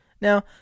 Now